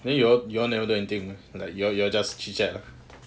then you all you all never do anything like you all you all just chit chat lah